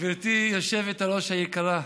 גברתי היושבת-ראש היקרה,